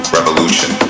Revolution